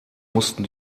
mussten